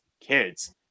kids